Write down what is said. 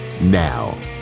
Now